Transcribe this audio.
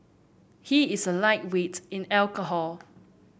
he is a lightweight in alcohol